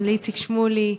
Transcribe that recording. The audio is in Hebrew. לאיציק שמולי,